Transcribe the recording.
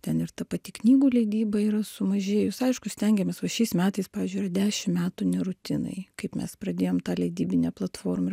ten ir ta pati knygų leidyba yra sumažėjus aišku stengiamės va šiais metais pavyzdžiui yra dešim metų ne rutinai kaip mes pradėjom tą leidybinę platformą ir